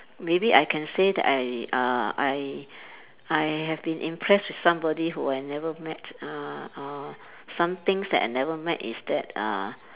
maybe I can say that I uh I I have been impressed with somebody who I have never met uh or some things that I never met is that uh